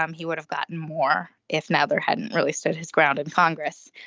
um he would have gotten more if neither hadn't really stood his ground in congress.